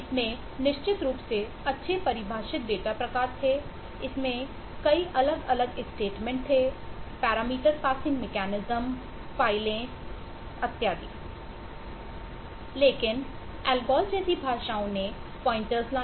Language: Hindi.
इसमें निश्चित रूप से अच्छे परिभाषित डेटा प्रकार थे इसमें कई अलग अलग स्टेटमेंट फ़ाइलें कुछ नहीं फोरट्रान